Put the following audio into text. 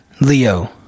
Leo